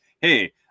hey